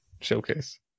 showcase